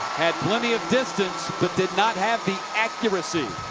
had plenty of distance but did not have the accuracy.